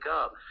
up